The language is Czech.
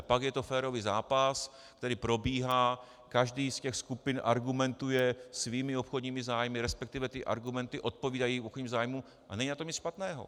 Pak je to férový zápas, který probíhá, každá z těch skupin argumentuje svými obchodními zájmy, resp. ty argumenty odpovídají zájmům a není na tom nic špatného.